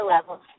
level